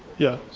yeah.